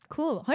Cool